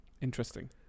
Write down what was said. Interesting